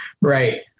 Right